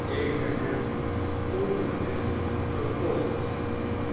ik heb hem onderweg gekocht